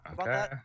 okay